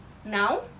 now